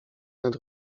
nad